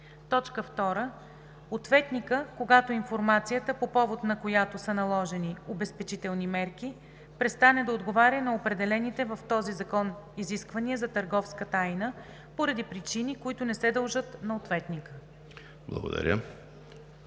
мерки; 2. ответника, когато информацията, по повод на която са наложени обезпечителни мерки, престане да отговаря на определените в този закон изисквания за търговска тайна поради причини, които не се дължат на ответника.“